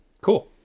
Cool